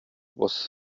was